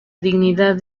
dignidad